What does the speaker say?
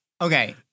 Okay